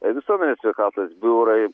visuomenės sveikatos biurai